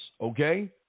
okay